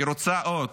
היא רוצה עוד.